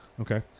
Okay